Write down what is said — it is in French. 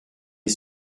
est